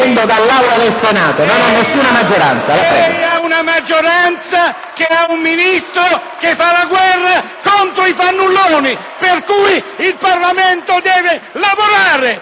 che ha un Ministro che fa la guerra ai fannulloni, per cui il Parlamento deve lavorare, e lavorare sodo, non stare a casa!